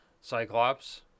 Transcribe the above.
Cyclops